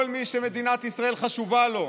כל מי שמדינת ישראל חשובה לו,